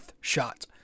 shot